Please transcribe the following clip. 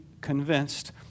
convinced